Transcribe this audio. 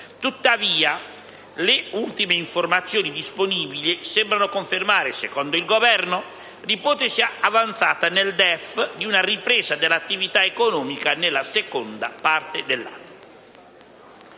Tuttavia, le ultime informazioni disponibili sembrano confermare, secondo il Governo, l'ipotesi avanzata nel DEF di una ripresa dell'attività economica nella seconda parte dell'anno.